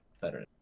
better